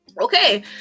okay